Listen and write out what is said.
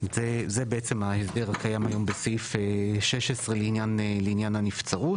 זה בעצם ההסדר הקיים היום בסעיף 16 לעניין הנצרות,